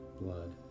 blood